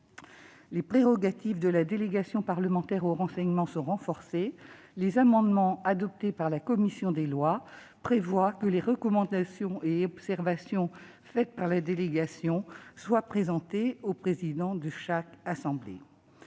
Les prérogatives de la délégation parlementaire au renseignement sont renforcées. Les amendements adoptés par la commission des lois visent à prévoir que les recommandations et observations formulées par la délégation seront présentées au président de chaque assemblée.